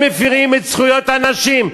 שהם מפרים את זכויות הנשים.